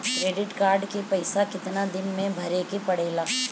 Credit card के पइसा कितना दिन में भरे के पड़ेला?